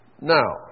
Now